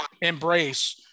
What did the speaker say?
embrace